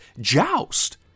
Joust